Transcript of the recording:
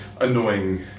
annoying